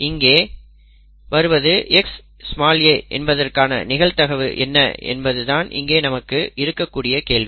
இங்கே இருந்து வருவது Xa என்பதற்கான நிகழ்தகவு என்ன என்பதுதான் இங்கே நமக்கு இருக்கக்கூடிய கேள்வி